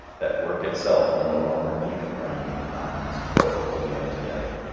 that work itself will no longer be the grinding monotonous toil that we know to-day,